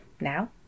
now